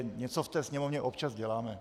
Něco v té Sněmovně občas děláme.